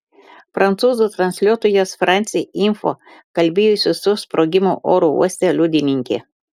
prancūzų transliuotojas france info kalbėjosi su sprogimo oro uoste liudininke